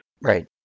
Right